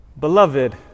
Beloved